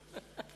באמת.